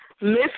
Miss